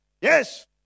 Yes